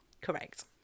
Correct